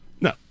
No